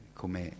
come